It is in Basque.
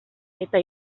eta